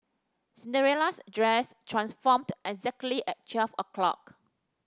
Cinderella's dress transformed exactly at twelve o' clock